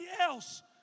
else